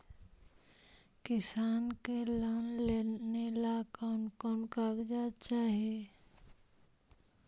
किसान के लोन लेने ला कोन कोन कागजात चाही?